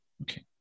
Okay